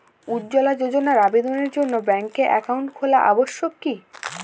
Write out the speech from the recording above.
উজ্জ্বলা যোজনার আবেদনের জন্য ব্যাঙ্কে অ্যাকাউন্ট খোলা আবশ্যক কি?